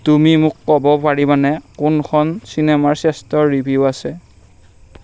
তুমি মোক ক'ব পাৰিবানে কোনখন চিনেমাৰ শ্ৰেষ্ঠ ৰিভিউ আছে